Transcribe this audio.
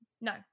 No